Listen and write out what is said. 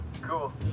cool